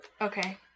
Okay